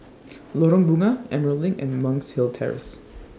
Lorong Bunga Emerald LINK and Monk's Hill Terrace